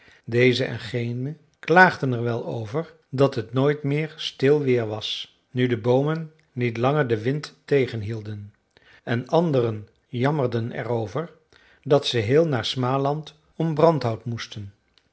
dezen en genen klaagden er wel over dat het nooit meer stil weer was nu de boomen niet langer den wind tegenhielden en anderen jammerden er over dat ze heel naar smaland om brandhout moesten